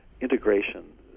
integration